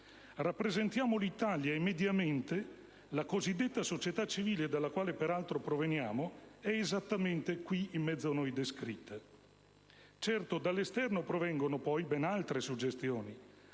Rappresentiamo l'Italia e mediamente la cosiddetta società civile - dalla quale peraltro proveniamo - è esattamente qui in mezzo a noi descritta. Certo, dall'esterno provengono poi ben altre suggestioni: